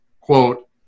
quote